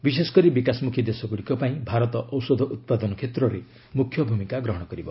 ବିଶେଷ କରି ବିକାଶମୁଖୀ ଦେଶଗୁଡ଼ିକ ପାଇଁ ଭାରତ ଔଷଧ ଉତ୍ପାଦନ କ୍ଷେତ୍ରରେ ମୁଖ୍ୟ ଭୂମିକା ଗ୍ରହଣ କରିବ